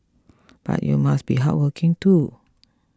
but you must be hardworking too